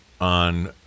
on